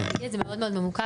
אני אגיד את זה מאוד ממוקד.